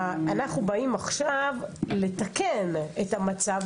אנחנו באים עכשיו לתקן את המצב,